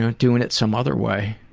ah doing it some other way.